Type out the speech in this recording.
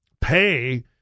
pay